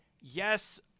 yes